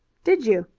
did you?